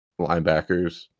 linebackers